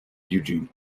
eugene